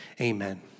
Amen